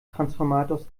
transformators